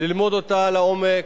ללמוד אותה לעומק,